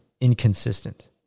inconsistent